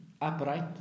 upright